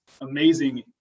amazing